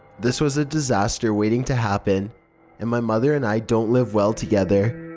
this was a disaster waiting to happen and my mother and i don't live well together.